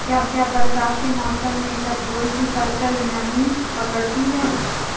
क्या बरसात के मौसम में इसबगोल की फसल नमी पकड़ती है?